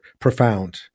profound